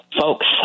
folks